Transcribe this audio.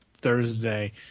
Thursday